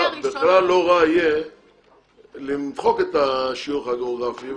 בכלל לא רע יהיה למחוק את השיוך הגיאוגרפי,